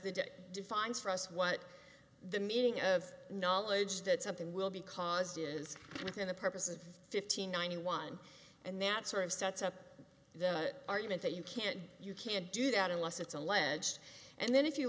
date defines for us what the meaning of knowledge that something will be caused is within the purpose of fifty nine one and that sort of sets up the argument that you kid you can't do that unless it's alleged and then if you